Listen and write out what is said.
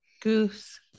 Goose